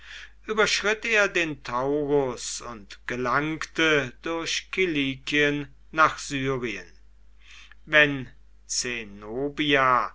überschritt er den taurus und gelangte durch kilikien nach syrien wenn